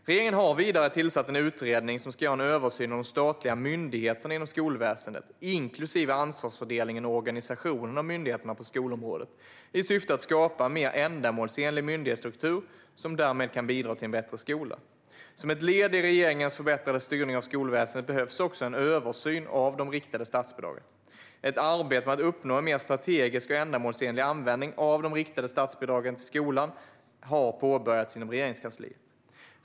Regeringen har vidare tillsatt en utredning som ska göra en översyn av de statliga myndigheterna inom skolväsendet, inklusive ansvarsfördelningen och organiseringen av myndigheterna på skolområdet, i syfte att skapa en mer ändamålsenlig myndighetsstruktur som därmed kan bidra till en bättre skola. Som ett led i regeringens förbättrade styrning av skolväsendet behövs också en översyn av de riktade statsbidragen. Ett arbete med att uppnå en mer strategisk och ändamålsenlig användning av de riktade statsbidragen till skolan har påbörjats inom Regeringskansliet.